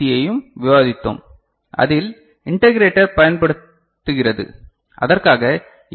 C யையும் விவாதித்தோம் அதில் இன்டகிரேட்டர் பயன்படுத்துகிறது அதற்காக ஏ